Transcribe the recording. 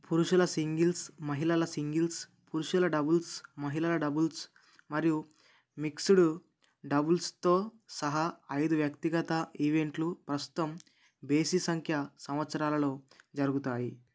పురుషుల సింగిల్స్ మహిళల సింగిల్స్ పురుషుల డబుల్స్ మహిళల డబుల్స్ మరియు మిక్స్డ్ డబుల్స్తో సహా ఐదు వ్యక్తిగత ఈవెంట్లు ప్రస్తుతం బేసి సంఖ్య సంవత్సరాలలో జరుగుతాయి